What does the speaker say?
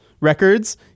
Records